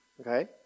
okay